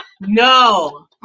No